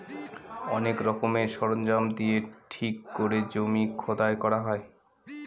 অনেক রকমের সরঞ্জাম দিয়ে ঠিক করে জমি খোদাই করা হয়